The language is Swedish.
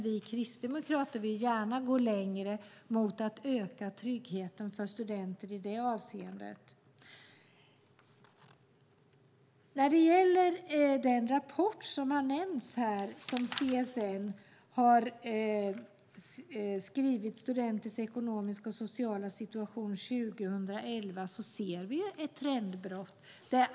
Vi kristdemokrater vill gärna gå längre för att öka tryggheten för studenter i det avseendet. I rapporten Studenters ekonomiska och sociala situation 2011 som CSN har skrivit ser vi ett trendbrott.